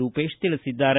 ರೂಪೇಶ್ ತಿಳಿಸಿದ್ದಾರೆ